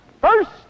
First